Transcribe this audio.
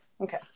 Okay